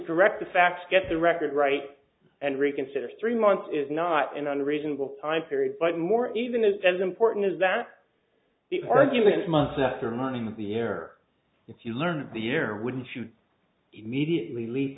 correct the facts get the record right and reconsider three months is not an unreasonable time period but more even is as important as that the argument months after money the year if you learn the year wouldn't you immediately lea